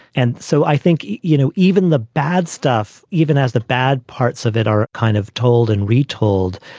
and so i think, you know, even the bad stuff, even as the bad parts of it are kind of told and retold,